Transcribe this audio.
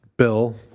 Bill